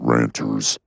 Ranters